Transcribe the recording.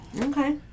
Okay